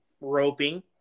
roping